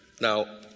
Now